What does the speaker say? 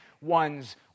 one's